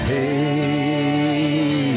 Hey